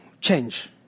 change